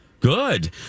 good